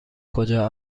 کجا